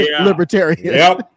libertarian